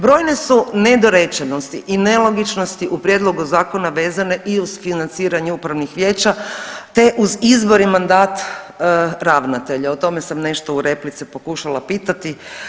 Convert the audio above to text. Brojne su nedorečenosti i nelogičnosti u prijedlogu zakona vezane i uz financiranju upravnih vijeća te uz izbor i mandat i ravnatelja, o tome sam nešto u replici pokušala pitati.